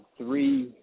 three